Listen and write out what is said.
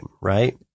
right